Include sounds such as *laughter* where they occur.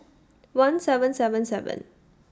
*noise* one seven seven seven